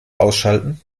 ausschalten